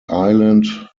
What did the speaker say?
island